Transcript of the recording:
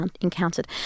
encountered